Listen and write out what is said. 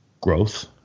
growth